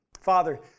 Father